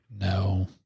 No